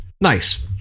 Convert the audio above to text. nice